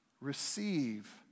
receive